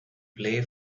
play